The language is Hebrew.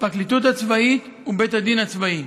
הפרקליטות הצבאית ובית הדין הצבאי.